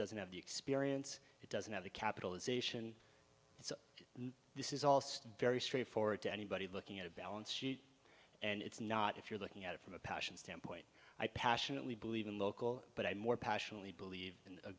doesn't have the experience it doesn't have the capitalization this is also very straightforward to anybody looking at a balance sheet and it's not if you're looking at it from a passion standpoint i passionately believe in local but i more passionately believe in a